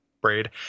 braid